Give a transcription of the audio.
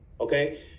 Okay